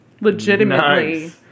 legitimately